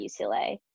UCLA